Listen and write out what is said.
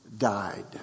Died